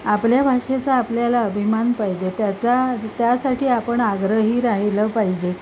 आपल्या भाषेचा आपल्याला अभिमान पाहिजे त्याचा त्यासाठी आपण आग्रही राहिलं पाहिजे